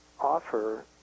offer